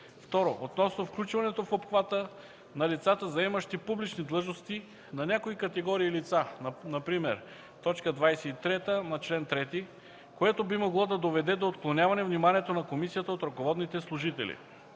- Относно включването в обхвата на лицата, заемащи публични длъжности на някои категории лица (например по т. 23 на чл. 3), което би могло да доведе до отклоняване вниманието на комисията от ръководните служители;